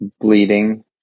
bleeding